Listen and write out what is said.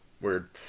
weird